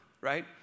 right